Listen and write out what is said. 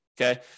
Okay